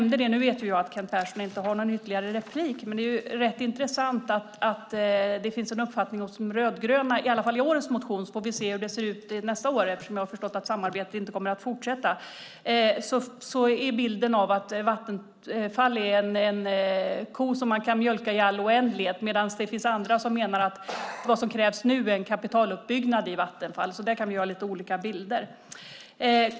Nu vet jag att Kent Persson inte har rätt till ytterligare replik, men det är rätt intressant att det finns en uppfattning hos De rödgröna i alla fall i årets motion. Vi får se hur det ser ut nästa år eftersom jag har förstått att samarbetet inte kommer att fortsätta. Bilden är att Vattenfall är en ko som man kan mjölka i all oändlighet medan det finns andra som menar att vad som krävs är en kapitaluppbyggnad i Vattenfall. Där kan vi ha lite olika bilder.